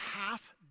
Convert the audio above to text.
half